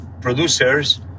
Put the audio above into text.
producers